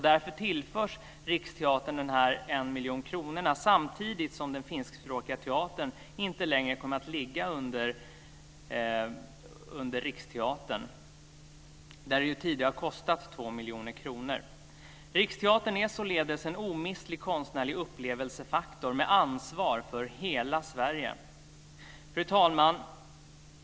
Därför tillförs Riksteatern 1 miljon kronor samtidigt som den finskspråkiga teatern inte längre kommer att ligga under Riksteatern, där den tidigare har kostat 2 miljoner kronor. Riksteatern är således en omistlig konstnärlig upplevelsefaktor med ansvar för hela Sverige. Fru talman!